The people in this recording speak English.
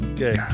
Okay